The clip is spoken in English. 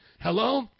Hello